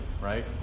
right